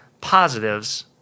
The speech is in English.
positives